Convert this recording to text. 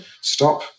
stop